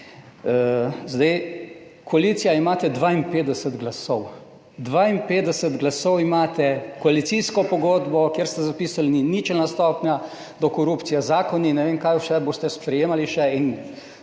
koalicija imate 52 glasov, 52 glasov, imate koalicijsko pogodbo, kjer ste zapisali, ni ničelna stopnja do korupcije. Zakoni, ne vem, kaj vse boste sprejemali še